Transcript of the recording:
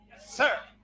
sir